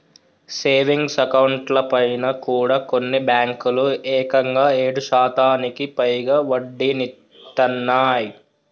savings అకౌంట్లపైన కూడా కొన్ని బ్యేంకులు ఏకంగా ఏడు శాతానికి పైగా వడ్డీనిత్తన్నయ్